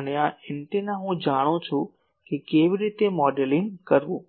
અને આ એન્ટેના હું જાણું છું કે કેવી રીતે મોડેલિંગ કરવું